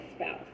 spouse